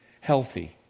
healthy